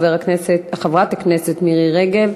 חברת הכנסת מירי רגב.